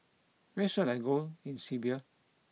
where should I go in Serbia